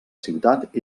ciutat